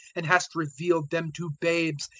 and hast revealed them to babes.